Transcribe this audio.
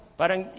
parang